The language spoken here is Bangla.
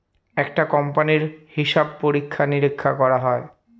একটা কোম্পানির হিসাব পরীক্ষা নিরীক্ষা করা হয়